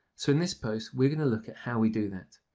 so in this post, we're going to look at how we do that.